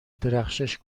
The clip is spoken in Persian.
درخشش